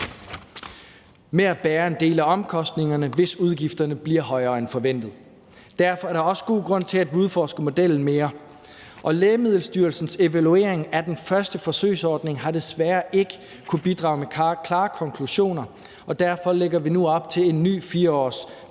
ved at bære en del af omkostningerne, hvis udgifterne bliver højere end forventet. Derfor er der også god grund til, at vi udforsker modellen mere. Lægemiddelstyrelsens evaluering af den første forsøgsordning har desværre ikke kunnet bidrage med klare konklusioner, og derfor lægger vi nu op til en ny 4-årig